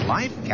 Life